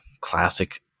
classic